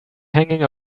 hanging